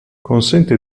consente